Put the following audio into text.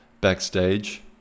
backstage